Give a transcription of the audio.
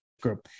group